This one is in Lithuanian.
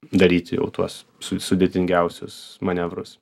daryti jau tuos su sudėtingiausius manevrus